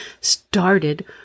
started